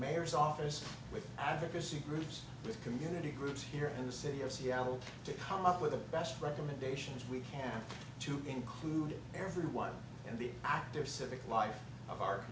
mayor's office with advocacy groups with community groups here in the city of seattle to come up with the best recommendations we can to include everyone in the active civic life of